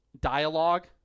dialogue